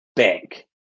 Bank